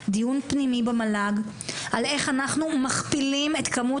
דיון פנימי במל"ג לגבי איך אנחנו מכפילים את כמות